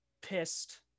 pissed